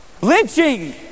Lynching